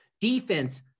Defense